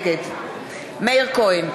נגד מאיר כהן,